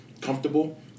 comfortable